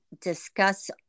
discuss